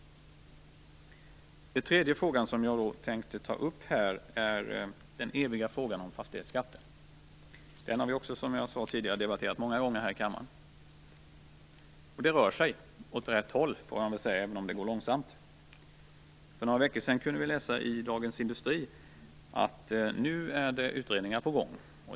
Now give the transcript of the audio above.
Den tredje frågan jag tänkte ta upp är den eviga frågan om fastighetsskatten. Den har vi som jag tidigare sade debatterat många gånger här i kammaren. Det rör sig åt rätt håll, får man väl säga, även om det går långsamt. För några veckor sedan kunde vi läsa i Dagens Industri att det nu är utredningar på gång.